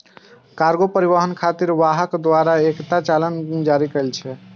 cargo परिवहन खातिर वाहक द्वारा एकटा चालान जारी कैल जाइ छै